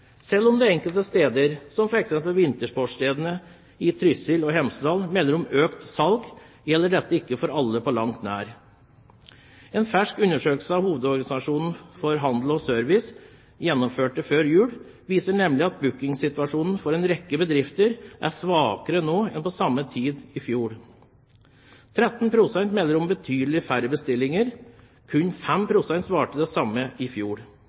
Selv om enkelte steder, som f.eks. vintersportsstedene Trysil og Hemsedal, melder om økt salg, gjelder dette ikke for alle – på langt nær. En fersk undersøkelse som hovedorganisasjonen for handel og service gjennomførte før jul, viser nemlig at bookingsituasjonen for en rekke bedrifter er svakere nå enn på samme tid i fjor. 13 pst. melder om betydelig færre bestillinger. Kun 5 pst. svarte det samme i fjor.